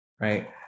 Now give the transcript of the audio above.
right